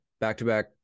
back-to-back